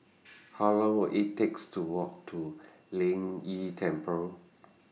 How Long Will IT takes to Walk to Lin Yi Temple